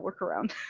workaround